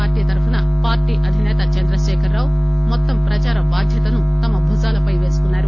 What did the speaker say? party తరపున party అధిసేత చంద్రశేఖరరావు మొత్తం ప్రదార బాధ్యతను తమ భుజాలపై వేసుకున్నారు